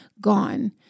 gone